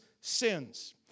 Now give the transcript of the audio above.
sins